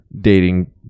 dating